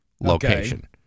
location